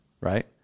right